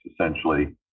essentially